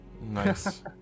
Nice